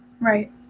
Right